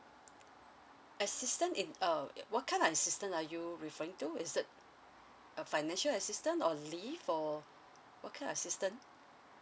assistant in err what kind assistant are you referring to is that a financial assistance or leave or what kind assistant